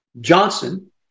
Johnson